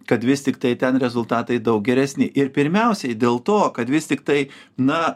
kad vis tiktai ten rezultatai daug geresni ir pirmiausiai dėl to kad vis tiktai na